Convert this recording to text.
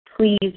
please